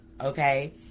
okay